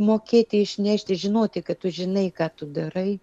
mokėti išnešti žinoti kad tu žinai ką tu darai